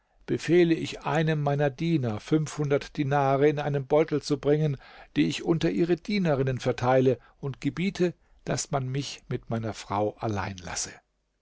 befehle ich einem meiner diener dinare in einem beutel zu bringen die ich unter ihre dienerinnen verteile und gebiete daß man mich mit meiner frau allein lasse